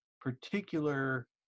particular